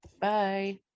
bye